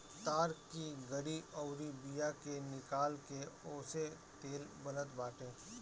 ताड़ की गरी अउरी बिया के निकाल के ओसे तेल बनत बाटे